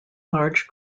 large